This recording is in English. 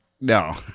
No